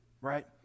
right